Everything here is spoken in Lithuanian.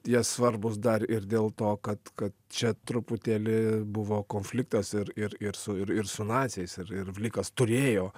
jie svarbūs dar ir dėl to kad kad čia truputėlį buvo konfliktas ir ir ir su ir su naciais ir ir vlikas turėjo